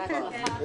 כן.